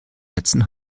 netzen